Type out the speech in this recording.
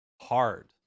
hard